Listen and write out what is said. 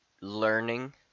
learning